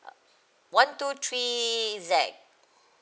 one two three Z